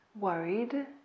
worried